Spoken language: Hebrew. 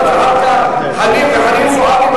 חנין זועבי,